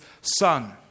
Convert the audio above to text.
son